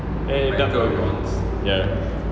then everytime ya